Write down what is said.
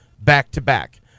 back-to-back